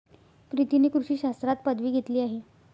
प्रीतीने कृषी शास्त्रात पदवी घेतली आहे